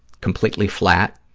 completely flat,